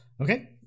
Okay